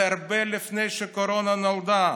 זה הרבה לפני שהקורונה נולדה.